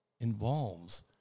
involves